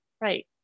right